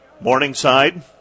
Morningside